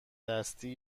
دستی